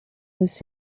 was